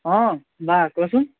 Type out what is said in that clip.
অঁ বা কোৱাচোন